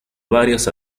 varias